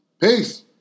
Peace